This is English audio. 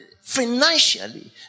financially